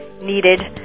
needed